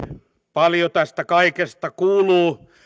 paljon tästä kaikesta kuuluu